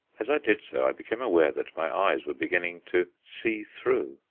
as i did so i became aware that my eyes were beginning to see through,